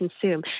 consume